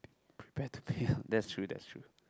prepare to pay that's true that's true